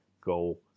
go